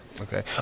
okay